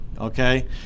okay